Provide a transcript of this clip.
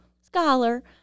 scholar